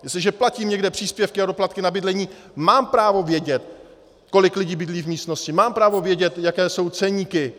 Jestliže platím někde příspěvky a doplatky na bydlení, mám právo vědět, kolik lidí bydlí v místnosti, mám právo vědět, jaké jsou ceníky.